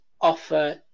offer